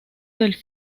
del